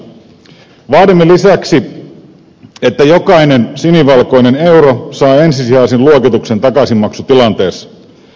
vaadimme lisäksi että jokainen sinivalkoinen euro saa ensisijaisen luokituksen takaisinmaksutilanteessa